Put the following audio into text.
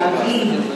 תאגיד,